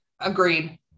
agreed